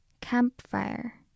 Campfire